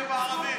בגדתם בערבים,